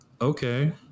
okay